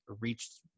reached